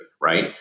right